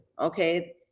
okay